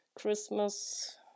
Christmas